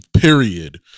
period